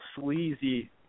sleazy